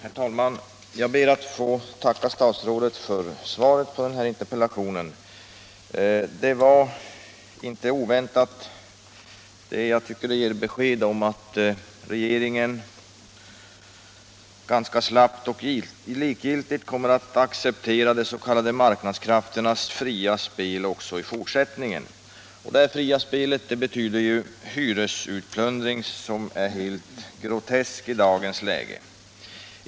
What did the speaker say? Herr talman! Jag ber att få tacka statsrådet för svaret på interpellationen. Det klargör att regeringen ganska slappt och likgiltigt kommer att acceptera de s.k. marknadskrafternas fria spel också i fortsättningen. Detta fria spel betyder en hyresutplundring som är helt grotesk i dagens läge.